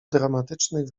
dramatycznych